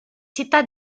città